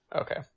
okay